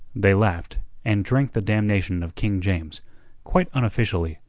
they laughed, and drank the damnation of king james quite unofficially,